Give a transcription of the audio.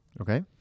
Okay